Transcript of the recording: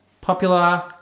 popular